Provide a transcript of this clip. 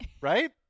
right